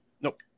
Nope